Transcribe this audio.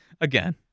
again